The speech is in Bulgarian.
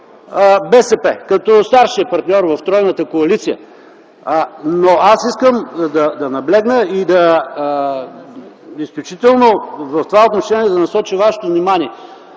БСП като старшия партньор в тройната коалиция. Но аз искам да наблегна и изключително в това отношение да насоча вашето внимание.